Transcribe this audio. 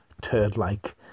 turd-like